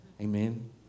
Amen